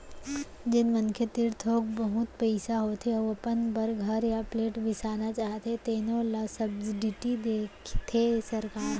जेन मनखे तीर थोक बहुत पइसा होथे अउ अपन बर घर य फ्लेट बिसाना चाहथे तेनो ल सब्सिडी देथे सरकार ह